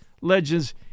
Legends